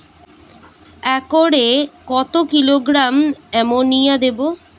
একরে কত kilogram ammonia দেবো?